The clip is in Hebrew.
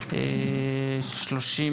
(השכלת יסוד ולימודי השלמה),